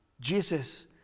Jesus